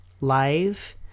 live